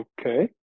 Okay